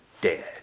dead